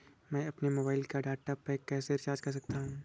मैं अपने मोबाइल का डाटा पैक कैसे रीचार्ज कर सकता हूँ?